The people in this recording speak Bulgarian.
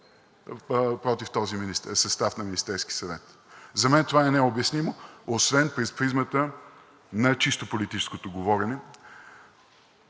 против този състав на Министерския съвет. За мен това е необяснимо освен през призмата на чисто политическото говорене